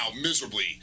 miserably